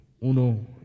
uno